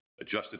Adjusted